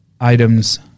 items